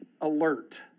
alert